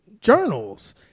journals